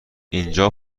اینجا